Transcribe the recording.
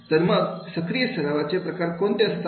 तर मग सक्रिय सरावाचे प्रकार कोणते असतात